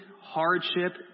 hardship